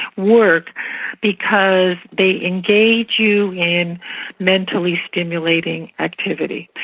work because they engage you in mentally stimulating activity.